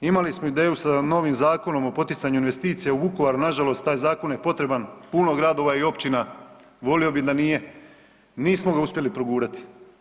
Imali smo ideju sa novim Zakonom o poticanju investicija u Vukovaru, nažalost taj zakon je potreban puno gradova i općina, volio bi da nije, nismo ga uspjeli progurati.